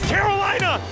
Carolina